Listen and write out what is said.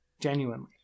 genuinely